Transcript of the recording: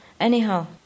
anyhow